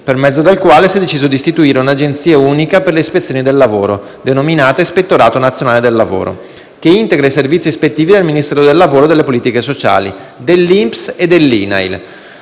per mezzo del quale si è deciso di istituire un'agenzia unica per le ispezioni del lavoro, denominata Ispettorato nazionale del lavoro, che integra i servizi ispettivi del Ministero del lavoro e delle politiche sociali, dell'INPS e dell'INAIL.